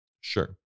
Sure